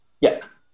Yes